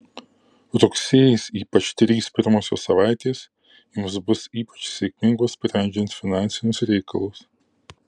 rugsėjis ypač trys pirmosios savaitės jums bus ypač sėkmingos sprendžiant finansinius reikalus